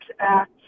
acts